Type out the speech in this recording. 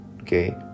Okay